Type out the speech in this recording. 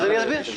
אני אסביר.